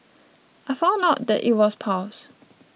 I found out that it was piles